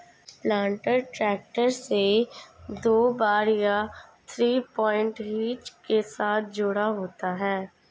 planter tractor से drawbar या three point hitch के साथ जुड़ा होता है